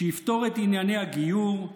שיפתור את עניין הגיור,